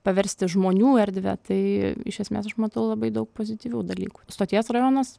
paversti žmonių erdve tai iš esmės aš matau labai daug pozityvių dalykų stoties rajonas